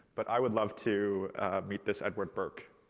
but i would love to meet this edward burke.